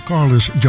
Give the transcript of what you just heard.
Carlos